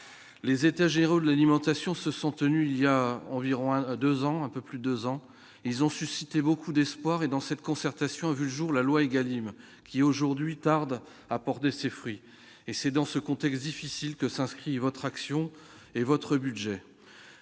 les états généraux de l'alimentation se sont tenus il y a environ 1 2 en un peu plus 2 ans ils ont suscité beaucoup d'espoir et dans cette concertation a vu le jour, la loi Egalim qui aujourd'hui tarde à porter ses fruits et c'est dans ce contexte difficile que s'inscrit votre action et votre budget